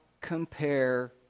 compare